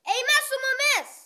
eime su mumis